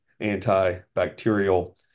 antibacterial